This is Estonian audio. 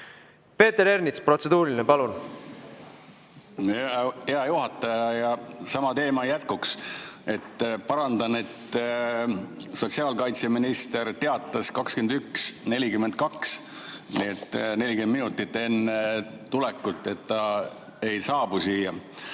Peeter Ernits, protseduuriline, palun! Hea juhataja! Sama teema jätkuks. Parandan, et sotsiaalkaitseminister teatas 21.42 ehk 40 minutit enne tulekut, et ta ei saabu siia.